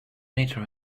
meter